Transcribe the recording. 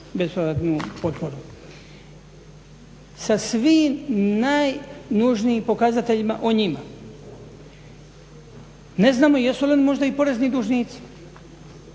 bespovratnu potporu sa svim najnužnijim pokazateljima o njima. Ne znamo jesu li oni možda i porezni dužnici,